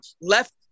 left